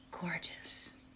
Gorgeous